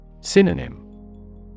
Synonym